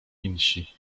insi